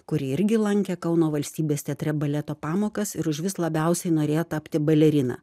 kuri irgi lankė kauno valstybės teatre baleto pamokas ir užvis labiausiai norėjo tapti balerina